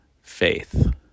faith